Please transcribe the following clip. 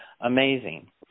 amazing